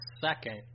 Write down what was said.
second